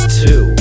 two